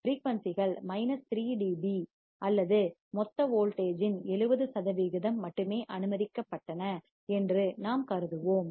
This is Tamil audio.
ஆனால் ஃபிரீயூன்சிகள் மைனஸ் 3 டிபி அல்லது மொத்த வோல்டேஜ் இன் 70 சதவிகிதம் மட்டுமே அனுமதிக்கப்பட்டன என்று நாம் கருதுவோம்